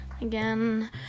again